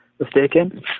mistaken